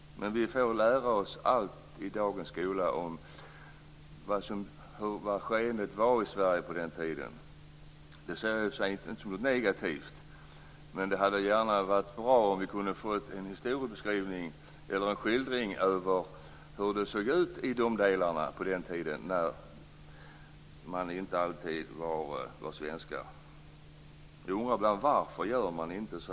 Men i dagens skola får man lära sig om allt som skedde i Sverige på den tiden. Det ser jag i och för sig inte som något negativt, men det hade varit bra med en historiebeskrivning eller skildring av hur det såg ut också i dessa delar under den tid då de inte alltid tillhörde Sverige. Jag undrar ibland varför man inte gör så.